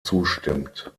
zustimmt